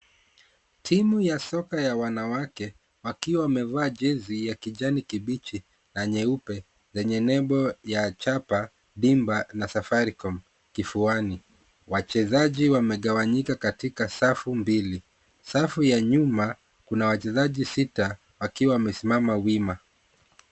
Timu ya soka ya wanawake, wakiwa wamevaa jezi ya kijani kibichi na nyeupe, yenye nembo ya, chapa dimba na Safaricom, kifuani. Wachezaji wamegawanyika katika safu mbili. Safu ya nyuma kuna wachezaji sita wakiwa wamesimama wima.